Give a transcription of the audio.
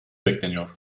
bekleniyor